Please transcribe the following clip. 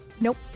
Nope